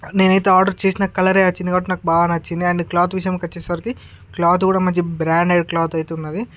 నేనైతే ఆర్డరు చేసిన కలరే వచ్చింది కాబట్టి నాకు బాగా నచ్చింది అండ్ క్లాత్ విషయానికి వచ్చేసరికి క్లాత్ కూడా మంచి బ్రాండెడ్ క్లాత్ అయితే ఉన్నది